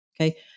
Okay